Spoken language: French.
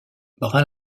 brun